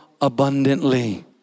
abundantly